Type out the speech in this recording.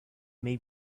may